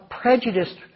prejudiced